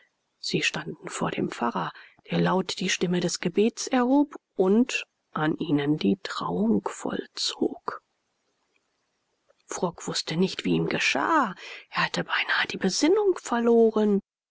sie standen vor dem pfarrer der lauter die stimme des gebets erhob und an ihnen die trauung vollzog frock wußte nicht wie ihm geschah er hatte beinahe die besinnung verloren